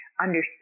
understand